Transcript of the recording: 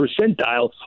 percentile